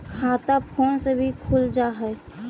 खाता फोन से भी खुल जाहै?